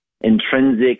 intrinsic